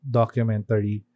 documentary